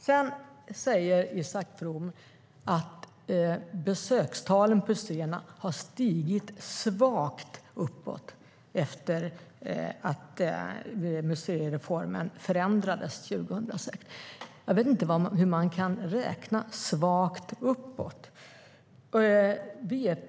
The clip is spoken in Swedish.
Sedan säger Isak From att besökstalen på museerna har stigit svagt uppåt efter att museireformen förändrades 2006. Jag vet inte hur man räknar när man säger att det är svagt uppåt.